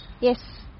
yes